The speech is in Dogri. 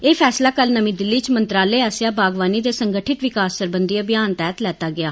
एह फैसला कल नमी दिल्ली च मंत्रालय आस्सेआ बागवानी दे संगठित विकास सरबंघी अभियान तैहत लैता गेआ